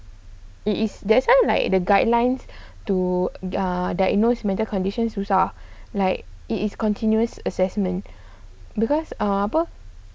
it is there's some like the guidelines to ah diagnose mental conditions susah like it is continuous assessment because ah apa